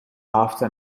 after